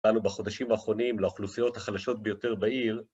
באנו בחודשים האחרונים לאוכלוסיות החלשות ביותר בעיר